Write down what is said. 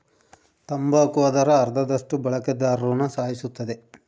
ತಂಬಾಕು ಅದರ ಅರ್ಧದಷ್ಟು ಬಳಕೆದಾರ್ರುನ ಸಾಯಿಸುತ್ತದೆ